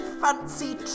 fancy